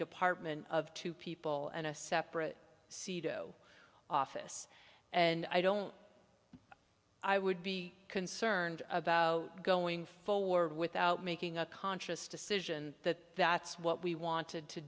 department of two people and a separate sido office and i don't i would be concerned about going forward without making a conscious decision that that's what we wanted to